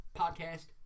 podcast